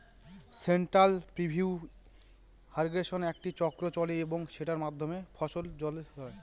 central pivot ইর্রিগেশনে একটি চক্র চলে এবং সেটার মাধ্যমে সব ফসলে জল ছড়ায়